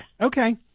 Okay